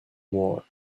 war